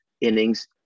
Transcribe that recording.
innings